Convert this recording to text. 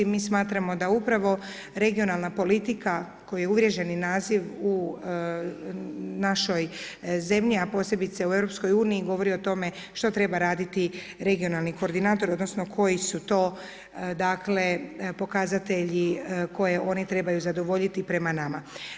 Mi smatramo da upravo regionalna politika koja je uvriježeni naziv u našoj zemlji, a posebice u Europskoj uniji govori o tome što treba raditi regionalni koordinator odnosno koji su to dakle pokazatelji koje oni trebaju zadovoljiti prema nama.